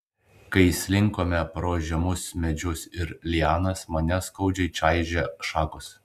kai slinkome pro žemus medžius ir lianas mane skaudžiai čaižė šakos